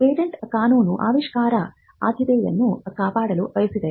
patent ಕಾನೂನು ಆವಿಷ್ಕಾರಗಳ ಆದ್ಯತೆಯನ್ನು ಕಾಪಾಡಲು ಬಯಸಿದೆ